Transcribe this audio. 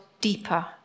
deeper